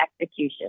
execution